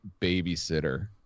babysitter